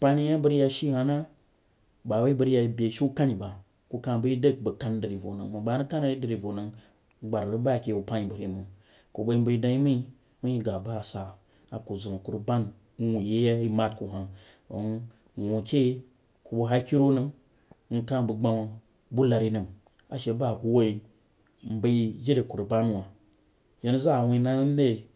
bani a bang rig yah she hah na ba wuh bang rig yak beshu kani mang nkah bai dang bang dai vau mang ba bang ma rig ma jeh vau nau gbari rig keh yau banfha bang re mang ku bai nbai dau yeh mai wuh qa bah ba sah, a kam zam a ku rig ban wuu yeh keh a ku bang haken ro nang nkah bang gbah bulari ban a she ba ku wuhh nbai dei a ku rig ban wa jana zaa wuh na namere